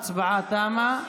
ההצבעה תמה.